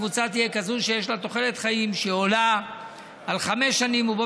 הקבוצה תהיה כזאת שיש להם תוחלת חיים שעולה על חמש שנים ובו